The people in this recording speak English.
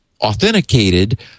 authenticated